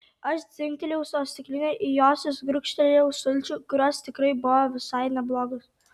aš dzingtelėjau savo stikline į josios gurkštelėjau sulčių kurios tikrai buvo visai neblogos